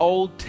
Old